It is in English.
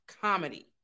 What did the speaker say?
comedy